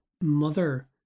mother